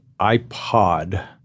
iPod